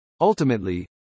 ultimately